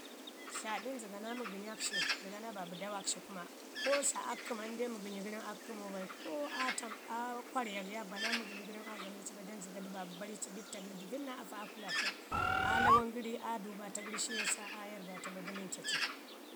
Tlaadun zəga naa məgənyak shi zəga naa babu dawak shi kuma, ko tla a kkəma in dai məgənyi gəri nən aa kkəmau ba, ko aa tam aa kwaryak ya bana məgənyi gənən aa dlame ci bai don gəga du babu bani ci bikta gəri dəviɗ naa afa aa kulata, aa lawan gəri aa duubata gəri shi yasa aa yamrda ta bai da linca ci ci.